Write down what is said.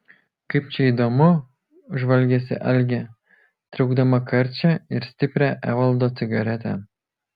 kaip čia įdomu žvalgėsi algė traukdama karčią ir stiprią evaldo cigaretę